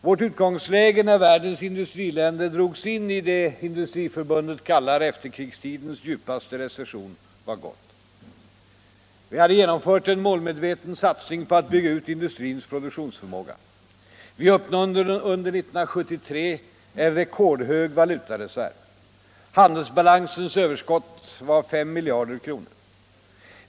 Vårt utgångsläge när världens industriländer drogs in i det som In dustriförbundet kallar efterkrigstidens djupaste recession var gott. Vi hade genomfört en målmedveten satsning på att bygga ut industrins produktionsförmåga. Vi uppnådde under 1973 en rekordhög valutareserv. Handelsbalansens överskott var 5 miljarder kronor.